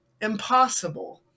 Impossible